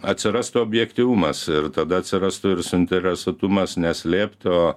atsirastų objektyvumas ir tada atsirastų ir suinteresuotumas ne slėpti o